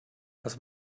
das